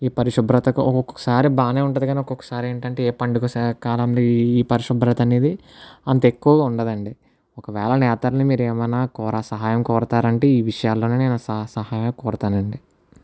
ఈ పరిశుభ్రతకు ఒక్కొక్కసారి బాగానే ఉంటుంది కానీ ఒక్కొక్కసారి ఏంటంటే ఏ పండుగ స కాలాల్లో ఈ పరిశుభ్రత అనేది అంత ఎక్కువగా ఉండదండి ఒకవేళ నేతలని మీరు ఏమన్నా కోర సహాయం కోరతారంటే ఈ విషయాల్లోనే నేను స సహాయం కోరతానండి